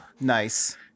nice